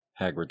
Hagrid